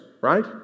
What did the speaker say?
right